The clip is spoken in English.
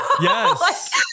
Yes